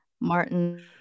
Martin